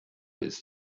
ist